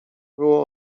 było